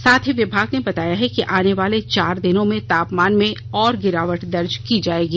साथ ही विभाग ने बताया है कि आने वाले चार दिनों में तापमान में और गिरावट दर्ज की जाएगी